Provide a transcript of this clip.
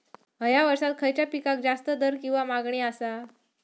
हया वर्सात खइच्या पिकाक जास्त दर किंवा मागणी आसा?